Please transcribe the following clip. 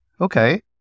okay